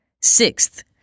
Sixth